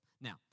Now